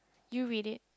you read it